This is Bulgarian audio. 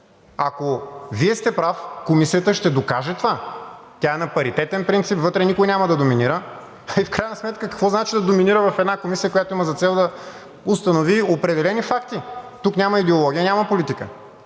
Ако Вие сте прав, Комисията ще докаже това. Тя е на паритетен принцип, вътре никой няма да доминира. И в крайна сметка какво значи да доминира в една комисия, която има за цел да установи определени факти? Тук няма идеология, няма политика.